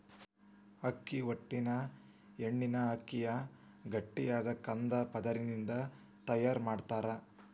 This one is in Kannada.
ಅಕ್ಕಿ ಹೊಟ್ಟಿನ ಎಣ್ಣಿನ ಅಕ್ಕಿಯ ಗಟ್ಟಿಯಾದ ಕಂದ ಪದರದಿಂದ ತಯಾರ್ ಮಾಡ್ತಾರ